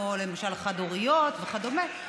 למשל חד-הוריות וכדומה.